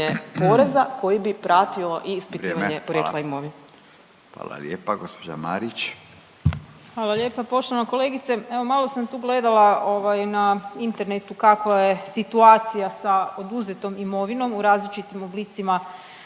poreza koji bi pratio i ispitivanje porijekla imovine. **Radin, Furio (Nezavisni)** Hvala lijepa. Gospođa Marić. **Marić, Andreja (SDP)** Hvala lijepa. Poštovana kolegice evo malo sam tu gledala na internetu kakva je situacija sa oduzetom imovinom u različitim oblicima